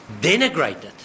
denigrated